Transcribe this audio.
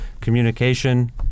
communication